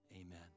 amen